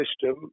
system